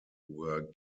were